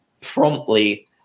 promptly